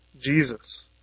Jesus